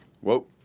Whoa